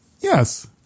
Yes